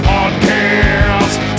Podcast